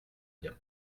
bien